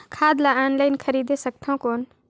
खाद ला ऑनलाइन खरीदे सकथव कौन?